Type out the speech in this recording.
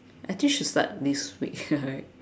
actually should start this week